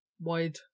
wide